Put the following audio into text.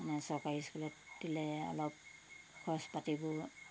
মানে চৰকাৰী স্কুলত দিলে অলপ খৰচ পাতিবোৰ